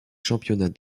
championnats